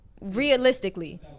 realistically